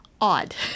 odd